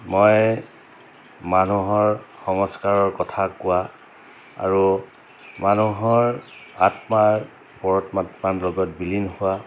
মই মানুহৰ সংস্কাৰৰ কথা কোৱা আৰু মানুহৰ আত্মাৰ পৰমাত্মাৰ লগত বিলীন হোৱা